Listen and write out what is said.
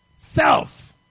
Self